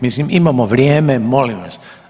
Mislim imamo vrijeme, molim vas!